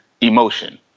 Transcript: emotion